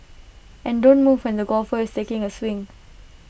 and don't move when the golfer is taking A swing